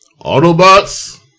Autobots